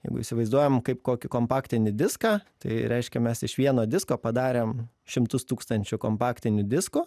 jeigu įsivaizduojam kaip kokį kompaktinį diską tai reiškia mes iš vieno disko padarėm šimtus tūkstančių kompaktinių diskų